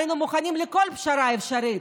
היינו מוכנים לכל פשרה אפשרית,